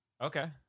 Okay